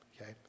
okay